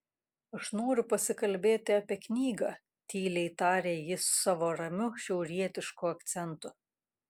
aš noriu pasikalbėti apie knygą tyliai taria jis savo ramiu šiaurietišku akcentu